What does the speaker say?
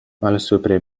malsupre